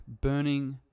burning